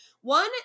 one